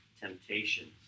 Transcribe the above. temptations